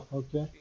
okay